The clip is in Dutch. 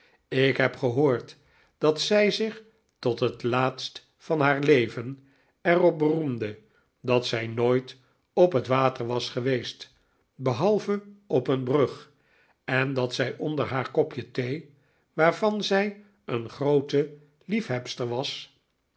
ik heb gehoord dat zij zich tot tiet laatst van haar leven er op beroemde dat zij nooit op het water was geweest behalve op een brug en dat zij onder haar kopje thee waarvan zij een